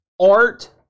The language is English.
art